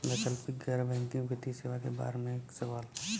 वैकल्पिक गैर बैकिंग वित्तीय सेवा के बार में सवाल?